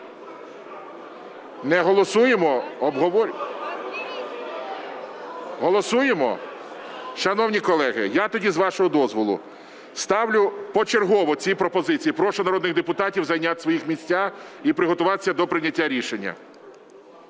у залі) Голосуємо? Шановні колеги, я тоді, з вашого дозволу, ставлю почергово ці пропозиції. Прошу народних депутатів зайняти свої місця і приготуватись до прийняття рішення.